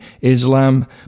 Islam